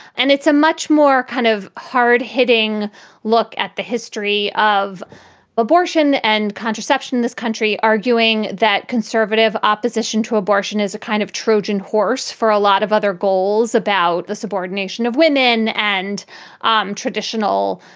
and it's a much more kind of hard hitting look at the history of abortion and contraception. this country arguing that conservative opposition to abortion is a kind of trojan horse for a lot of other goals about the subordination of women and um traditional,